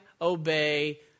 obey